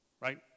right